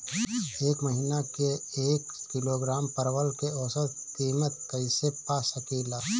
एक महिना के एक किलोग्राम परवल के औसत किमत कइसे पा सकिला?